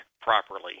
properly